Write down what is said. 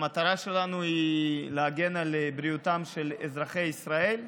המטרה שלנו היא להגן על בריאותם של אזרחי ישראל,